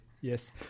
yes